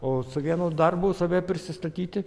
o su vienu darbu save prisistatyti